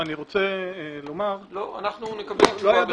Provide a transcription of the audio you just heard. אני רוצה לומר -- לא, אנחנו מבקשים תשובה בכתב.